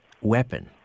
weapon